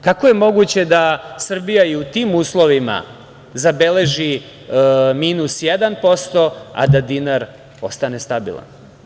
Kako je moguće da Srbija i u tim uslovima zabeleži minus 1%, a da dinar ostane stabilan?